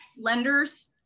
lenders